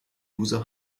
user